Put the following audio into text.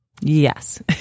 Yes